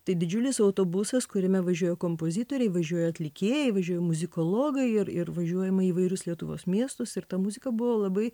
tai didžiulis autobusas kuriame važiuoja kompozitoriai važiuoja atlikėjai važiuoja muzikologai ir ir važiuojama į įvairius lietuvos miestus ir ta muzika buvo labai